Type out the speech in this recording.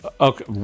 Okay